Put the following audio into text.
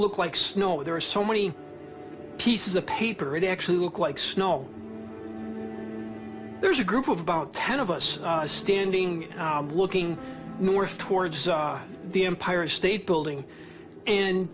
looked like snow there are so many pieces of paper it actually looked like snow there's a group of about ten of us standing looking north towards the empire state building and